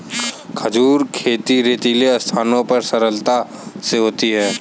खजूर खेती रेतीली स्थानों पर सरलता से होती है